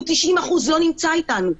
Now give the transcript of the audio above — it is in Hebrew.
הוא 90% לא נמצא אתנו.